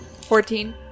Fourteen